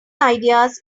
ideas